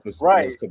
Right